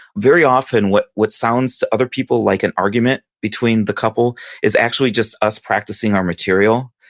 very often what what sounds to other people like an argument between the couple is actually just us practicing our material.